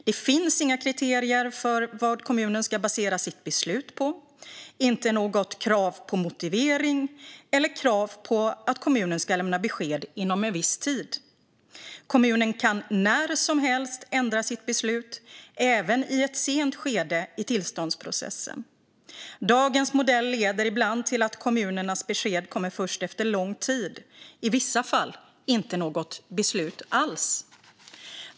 Det finns inga kriterier för vad kommunen ska basera sitt beslut på, inte några krav på motivering eller på att kommunen ska lämna besked inom viss tid. Kommunen kan när som helst ändra sitt beslut, även i ett sent skede i tillståndsprocessen. Dagens modell leder ibland till att kommunernas besked kommer först efter lång tid. I vissa fall kommer inte något beslut alls.